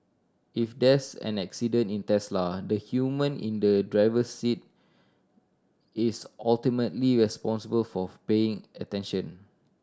if there's an accident in Tesla the human in the driver's seat is ultimately responsible for paying attention